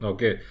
Okay